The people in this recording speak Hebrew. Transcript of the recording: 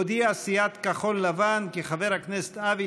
הודיעה סיעת כחול-לבן כי חבר הכנסת אבי